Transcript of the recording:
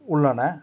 உள்ளன